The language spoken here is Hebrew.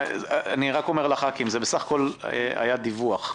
אני רק אומר לחברי הכנסת: זה בסך הכול היה דיווח.